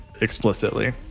explicitly